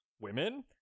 women